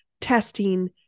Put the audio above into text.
testing